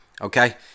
okay